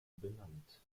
benannt